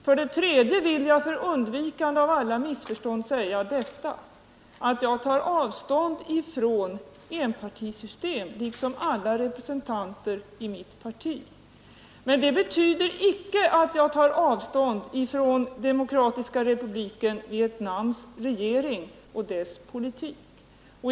För det tredje vill jag för undvikande av alla missförstånd säga detta: Jag tar avstånd ifrån enpartisystem, liksom alla representanter för mitt parti. Men det betyder icke att jag tar avstånd ifrån Demokratiska republiken Vietnams regering och dess politik.